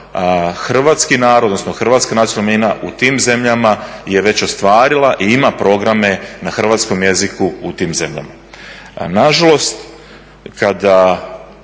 hrvatski narod, odnosno Hrvatska nacionalna manjina u tim zemljama je već ostvarila i ima programe na hrvatskom jeziku u tim zemljama.